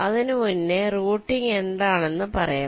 അതിനു മുമ്പ് റൂട്ടിംഗ് എന്താണെന്ന് പറയാം